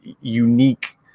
unique